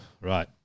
Right